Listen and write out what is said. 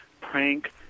prank